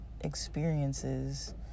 experiences